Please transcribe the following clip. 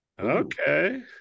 okay